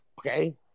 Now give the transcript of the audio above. Okay